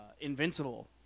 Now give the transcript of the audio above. Invincible